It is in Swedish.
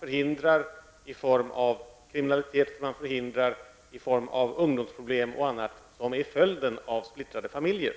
förhindrande av missbruk, kriminalitet, ungdomsproblem och annat som är följden av splittrade familjer.